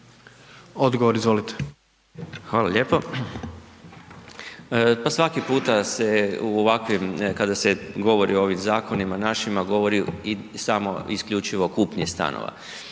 **Uhlir, Željko** Hvala lijepo. Pa svaki puta se u ovakvim, kada se govori o ovim zakonima našima govori i samo i isključivo o kupnji stanova.